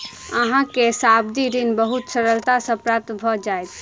अहाँ के सावधि ऋण बहुत सरलता सॅ प्राप्त भ जाइत